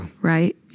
Right